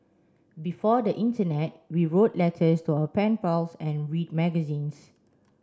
before the internet we wrote letters to our pen pals and read magazines